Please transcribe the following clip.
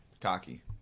Cocky